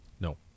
No